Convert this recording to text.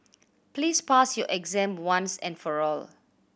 please pass your exam once and for all